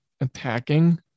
attacking